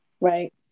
right